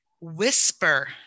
whisper